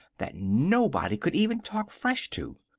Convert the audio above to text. that nobody could even talk fresh to.